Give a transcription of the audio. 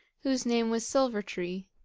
whose name was silver-tree,